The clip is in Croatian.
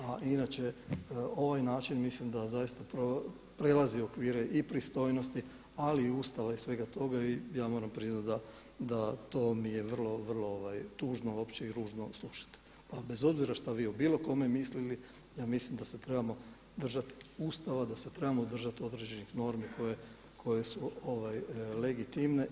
A inače ovaj način mislim da prelazi okvire i pristojnosti, ali i Ustava i svega toga i ja moram priznati da to mi je vrlo, vrlo tužno i ružno uopće i slušati, pa bez obzira šta vi o bilo kome mislili ja mislim da se trebamo držati Ustava, da se trebamo držati određenih normi koje su legitimne.